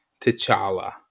T'Challa